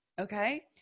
Okay